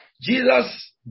Jesus